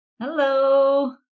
Hello